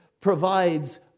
provides